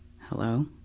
Hello